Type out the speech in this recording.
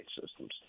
systems